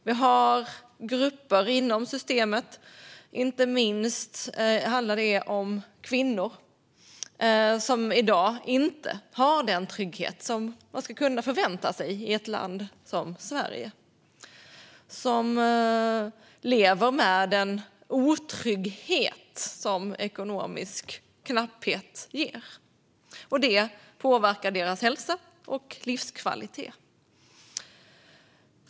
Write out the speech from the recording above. Vi har grupper inom systemet - inte minst handlar det om kvinnor - som i dag inte har den trygghet som man ska kunna förvänta sig i ett land som Sverige. Dessa människor lever med den otrygghet som ekonomisk knapphet ger. Det påverkar deras hälsa och livskvalitet.